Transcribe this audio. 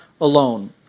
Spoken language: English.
alone